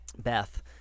Beth